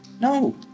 No